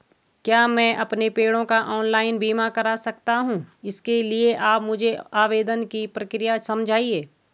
क्या मैं अपने पेड़ों का ऑनलाइन बीमा करा सकता हूँ इसके लिए आप मुझे आवेदन की प्रक्रिया समझाइए?